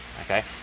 okay